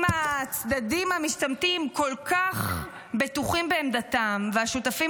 אם הצדדים המשתמטים כל כך בטוחים בעמדתם והשותפים